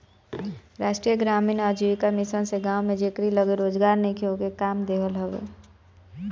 राष्ट्रीय ग्रामीण आजीविका मिशन से गांव में जेकरी लगे रोजगार नईखे ओके काम देहल हवे